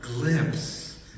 glimpse